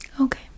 Okay